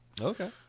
Okay